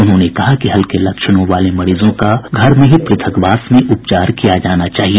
उन्होंने कहा कि हल्के लक्षणों वाले मरीजों का घर में ही पृथकवास में उपचार किया जाना चाहिए